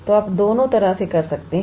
तो आप दोनों तरह से कर सकते हैं